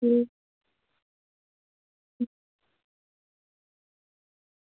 अं